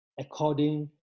according